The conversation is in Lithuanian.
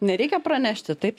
nereikia pranešti taip